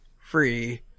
free